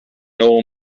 old